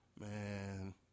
Man